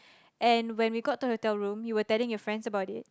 and when we got to the hotel room you were telling your friends about it